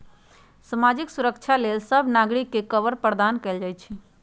सामाजिक सुरक्षा लेल सभ नागरिक के कवर प्रदान कएल जाइ छइ